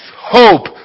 hope